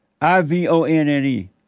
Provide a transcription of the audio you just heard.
I-V-O-N-N-E